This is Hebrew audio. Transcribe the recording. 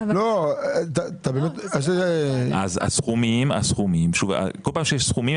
כל פעם שיש סכומים,